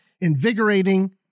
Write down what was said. invigorating